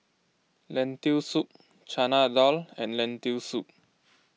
Lentil Soup Chana Dal and Lentil Soup